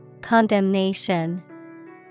Condemnation